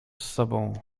sobą